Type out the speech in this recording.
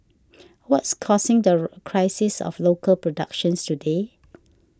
what's causing the crisis of local productions today